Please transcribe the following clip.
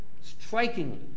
strikingly